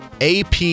AP